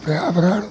पर्यावरण